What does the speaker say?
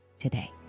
today